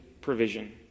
provision